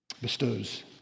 Bestows